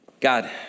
God